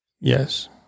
yes